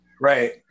right